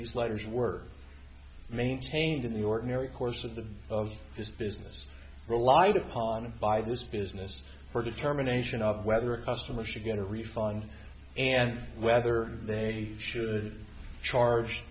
these letters were maintained in the ordinary course of the of this business relied upon by this business for a determination of whether a customer should get a refund and whether they should charge